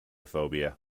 phobia